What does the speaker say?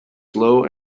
slow